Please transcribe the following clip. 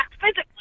physically